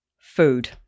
food